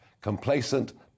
Complacent